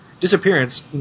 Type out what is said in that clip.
disappearance